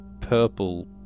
purple